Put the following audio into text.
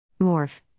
Morph